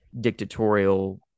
dictatorial